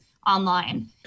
online